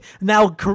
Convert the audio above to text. now